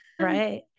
Right